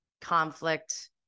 conflict